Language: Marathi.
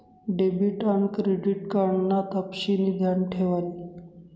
डेबिट आन क्रेडिट कार्ड ना तपशिनी ध्यान ठेवानी